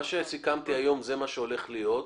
מה שסיכמתי היום, זה מה שהולך להיות.